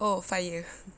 oh fire